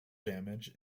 damage